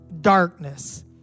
darkness